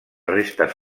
restes